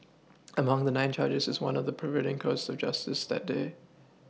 among the nine charges is one of perverting the course of justice that day